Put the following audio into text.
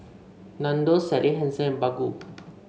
Nandos Sally Hansen and Baggu